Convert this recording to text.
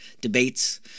debates